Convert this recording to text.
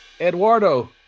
Eduardo